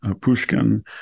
Pushkin